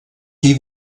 qui